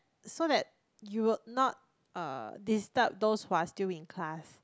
so that you will not uh disturb those who are still in class